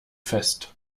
fest